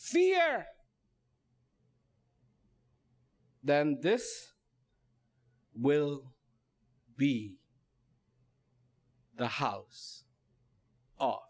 fear that this will be the house o